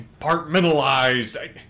compartmentalized